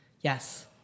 Yes